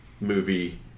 movie